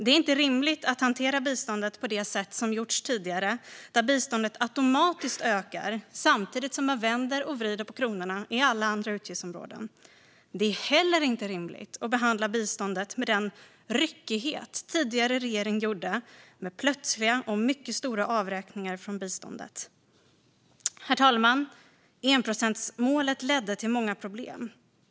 Det är inte rimligt att hantera biståndet på det sätt som gjorts tidigare: att biståndet automatiskt ökar samtidigt som man vänder och vrider på alla andra utgiftsområden. Det är heller inte rimligt att behandla biståndet med den ryckighet tidigare regering hade, med plötsliga och mycket stora avräkningar från biståndet. Herr talman! Enprocentsmålet ledde till många problem.